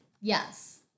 Yes